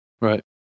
Right